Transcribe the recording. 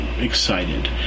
excited